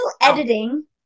editing